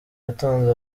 yatanze